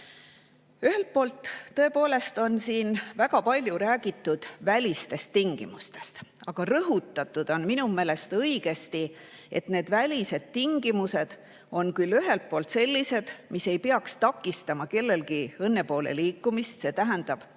Ühelt poolt tõepoolest on siin väga palju räägitud välistest tingimustest, aga rõhutatud on minu meelest õigesti, et need välised tingimused on küll sellised, mis ei peaks takistama kellelgi õnne poole liikumist. See tähendab, et